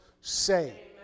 say